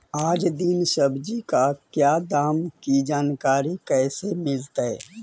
आज दीन सब्जी का क्या दाम की जानकारी कैसे मीलतय?